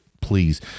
please